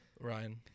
Ryan